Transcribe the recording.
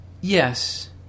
Yes